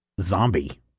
Zombie